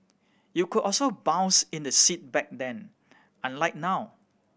you could also bounce in the seat back then unlike now